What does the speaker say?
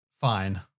Fine